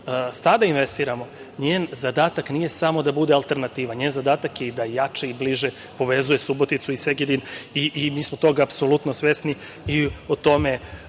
sada investiramo njen zadatak nije samo da bude alternativa. Njen zadatak je i da jače i bliže povezuje Suboticu i Segedin i mi smo toga apsolutno svesni i o tome